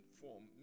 form